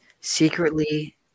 secretly